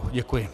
Děkuji.